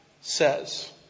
says